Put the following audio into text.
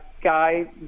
guy